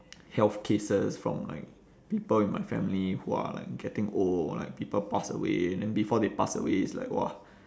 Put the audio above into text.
health cases from like people in my family who are like getting old like people pass away then before they pass away it's like !wah!